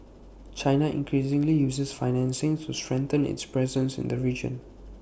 China increasingly uses financing to strengthen its presence in the region